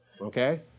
okay